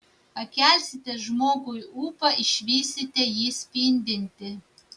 pakelsite žmogui ūpą išvysite jį spindintį